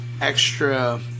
extra